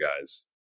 guys